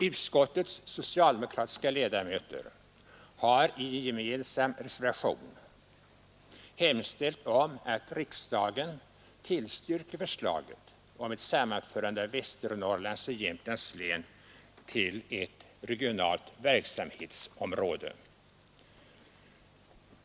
Utskottets socialdemokratiska ledamöter har i en gemensam reservation hemställt om att riksdagen tillstyrker förslaget om ett sammanförande av Västernorrlands och Jämtlands län till ett regionalt verksamhetsområde.